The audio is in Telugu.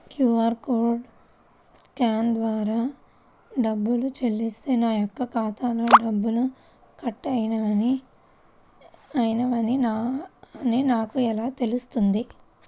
క్యూ.అర్ కోడ్ని స్కాన్ ద్వారా డబ్బులు చెల్లిస్తే నా యొక్క ఖాతాలో డబ్బులు కట్ అయినవి అని నాకు ఎలా తెలుస్తుంది?